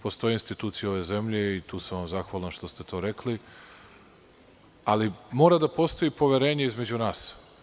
Postoje institucije ove zemlje i tu se sam vam zahvalan što ste to rekli, ali mora da postoji poverenje između nas.